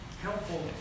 helpful